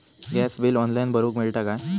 Gas bill online भरुक मिळता काय?